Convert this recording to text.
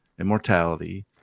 immortality